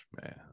man